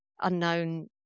unknown